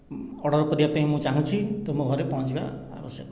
order କରିବା ପାଇଁ ମୁଁ ଚାହୁଁଛି ତ ମୋ ଘରେ ପହଁଞ୍ଚିବା ଆବଶ୍ୟକ